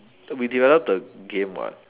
we developed a game [what]